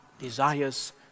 desires